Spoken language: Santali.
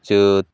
ᱪᱟᱹᱛ